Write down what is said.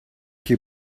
you